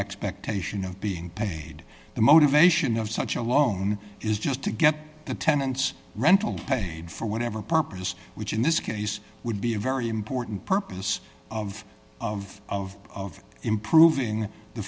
expectation of being paid the motivation of such a loan is just to get the tenants rental paid for whatever purpose which in this case would be a very important purpose of of of improving the